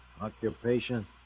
occupation